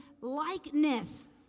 likeness